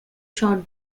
shot